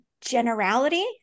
Generality